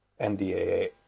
NDAA